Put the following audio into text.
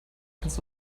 kannst